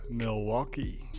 milwaukee